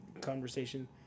conversation